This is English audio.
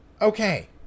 Okay